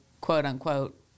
quote-unquote